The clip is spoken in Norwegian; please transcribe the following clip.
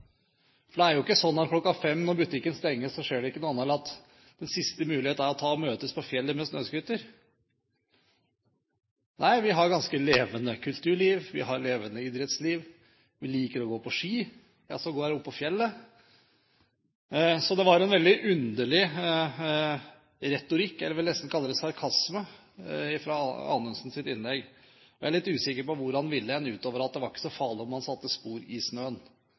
bygda. Det er jo ikke sånn at klokken fem når butikken stenger, skjer det ikke noe annet, og den siste mulighet er å møtes på fjellet med snøscooter. Nei, vi har et ganske levende kulturliv, vi har levende idrettsliv, vi liker å gå på ski, ja sågar oppe på fjellet. Så det var en veldig underlig retorikk – jeg vil nesten kalle det sarkasme – i Anundsens innlegg, og jeg er litt usikker på hvor han ville hen, utover at det ikke var så farlig om man satte spor i snøen.